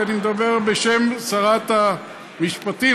כי אני מדבר בשם שרת המשפטים,